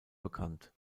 bekannt